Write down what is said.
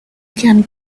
can